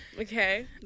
Okay